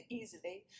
easily